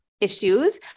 issues